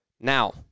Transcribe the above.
Now